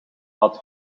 had